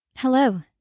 Hello